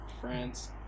France